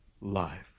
life